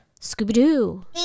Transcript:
Scooby-Doo